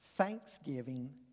Thanksgiving